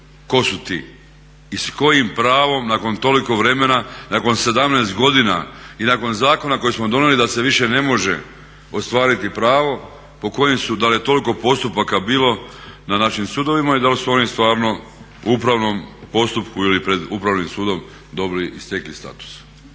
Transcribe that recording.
tko su ti i s kojim pravom nakon toliko vremena, nakon 17 godina i nakon zakona koji smo donijeli da se više ne može ostvariti pravo po kojim su, da li je toliko postupaka bilo na našim sudovima i da li su oni stvarno u upravnom postupku ili pred Upravnim sudom dobili i stekli status.